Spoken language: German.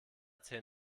zehn